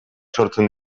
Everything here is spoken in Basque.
sortzen